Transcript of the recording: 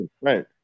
Right